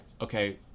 okay